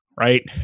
Right